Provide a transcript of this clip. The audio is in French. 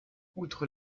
outre